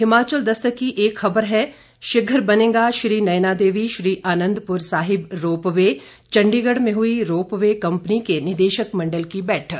हिमाचल दस्तक की एक खबर है शीघ्र बनेगा श्री नयनादेवी श्री आनंदपुर साहिब रोपवे चंडीगढ़ में हुई रोपवे कंपनी के निदेशक मंडल की बैठक